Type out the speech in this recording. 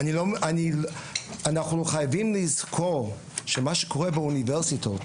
אנחנו חייבים לזכור שמה שקורה באוניברסיטאות